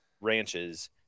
ranches